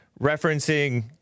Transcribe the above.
referencing